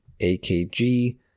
AKG